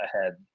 ahead